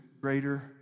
greater